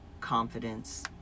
confidence